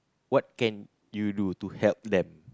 what can you do to help them